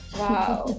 wow